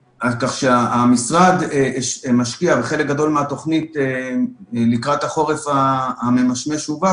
המשרד משקיע בחלק גדול מהתוכנית לקראת החורף הממשמש ובא,